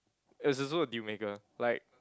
it was also a deal maker like